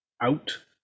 out